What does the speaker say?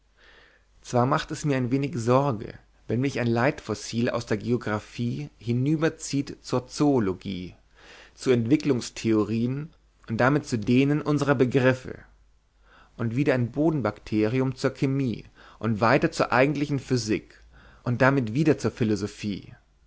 zwar macht es mir wenig sorge wenn mich ein leitfossil aus der geographie hinüberzieht zur zoologie zu entwicklungstheorien und damit zu denen unserer begriffe und wieder ein bodenbakterium zur chemie und weiter zur eigentlichen physik und damit wieder zur philosophie